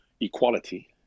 equality